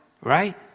right